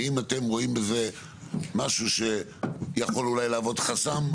האם אתם רואים בזה משהו שיכול אולי להוות חסם?